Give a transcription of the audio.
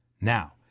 Now